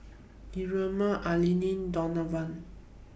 Ermina Elana Donavon